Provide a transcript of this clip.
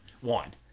one